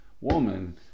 woman